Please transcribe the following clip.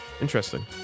Interesting